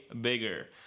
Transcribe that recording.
bigger